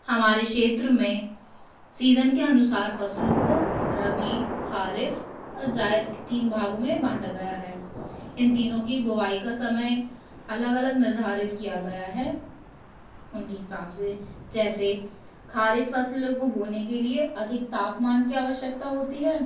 हमारे क्षेत्र मे सीजन के अनुसार फसलों को रबी खारीफ़ जायद तीन भागों मे बांटा गया है इन तीनों की बुआई का समय अलग अलग निर्धारित किया गया है उनके हिसाब से जैसे खारीफ़ फसलों को बोने के लिए अधिक तापमान की आवश्यकता होती है